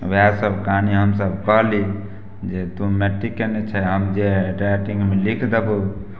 वएह सभ कहानी हमसभ कहली जे तू मैट्रीक केने छै हम जे राइटिंगमे लिख देबौ